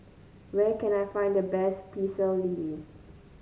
where can I find the best Pecel Lele